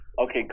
Okay